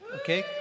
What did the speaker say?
Okay